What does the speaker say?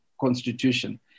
constitution